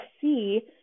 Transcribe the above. see